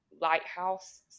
lighthouse